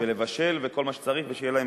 ולבשל וכל מה שצריך ושיהיה להם